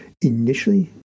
initially